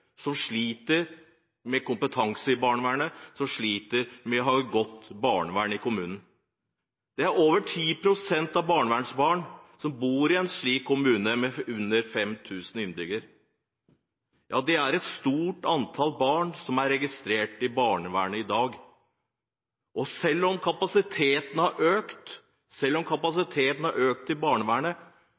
som sliter med kompetansen i barnevernet, og som sliter med å ha et godt barnevern i kommunen. Over 10 pst. av barnevernsbarna bor i en slik kommune med under 5 000 innbyggere. Det er et stort antall barn som er registrert i barnevernet i dag. Selv om kapasiteten har økt i barnevernet,